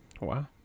Wow